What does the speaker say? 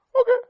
Okay